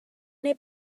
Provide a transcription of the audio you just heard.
neu